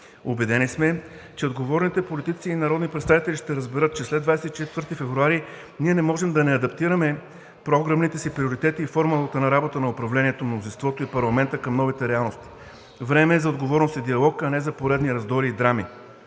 Убедени сме, че отговорните политици и народни представители ще разберат, че след 24 февруари ние не можем да не адаптираме програмните си приоритети и формулата на работа на управлението на мнозинството и парламента към новите реалности. Време е за отговорност и диалог, а не за поредни раздори и драми.